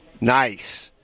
Nice